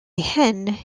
hen